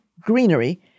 greenery